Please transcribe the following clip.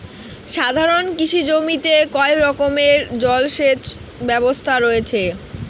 সাধারণত কৃষি জমিতে কয় রকমের জল সেচ ব্যবস্থা রয়েছে?